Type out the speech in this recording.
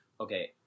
okay